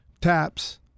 taps